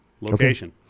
Location